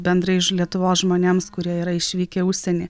bendrai ž lietuvos žmonėms kurie yra išvykę į užsienį